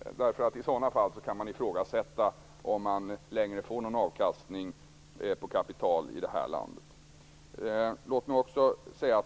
I det läget kan man ifrågasätta om man längre kan få någon avkastning på kapital i vårt land.